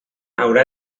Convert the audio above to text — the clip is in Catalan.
haurà